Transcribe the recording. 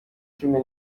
cumi